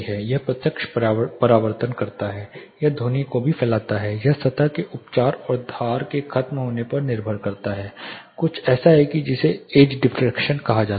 यह प्रत्यक्ष परावर्तन करता है यह ध्वनि को भी फैलाता है यह सतह के उपचार और धार के खत्म होने पर निर्भर करता है कुछ ऐसा है जिसे एज डिफ्रेक्शन कहा जाता है